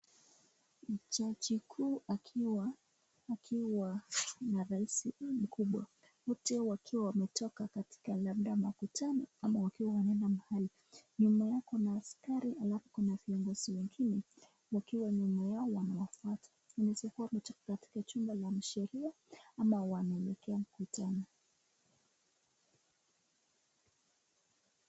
Jaji kuu akiwa na raisi mkubwa wote wakiwa wametoka labda mkutano ama, wakiwa wanaenda mahali, nyuma yao kuna askari alafu kuna viongozi wengine, wakiwa nyuma yao wanawafwata, inaonekana ni jumba la kisheria ama wanaelekea mkutano.